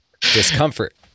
Discomfort